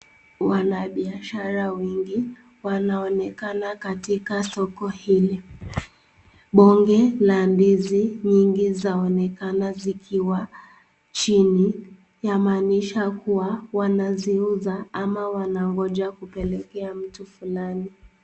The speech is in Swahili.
Wabiashara wengi wanaonekana katika soko hili. Bonge la ndizi nyingi zaonekana zikiwa chini yamaanisha kuwa wanaziuza ama wanangoja kupelekea mtu fulani.